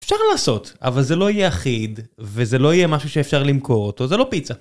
אפשר לעשות, אבל זה לא יהיה אחיד, וזה לא יהיה משהו שאפשר למכור אותו, זה לא פיצה